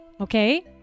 okay